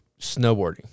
snowboarding